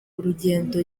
urugendo